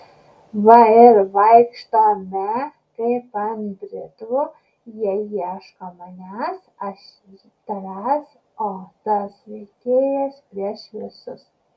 va ir vaikštome kaip ant britvų jie ieško manęs aš tavęs o tas veikėjas prieš visus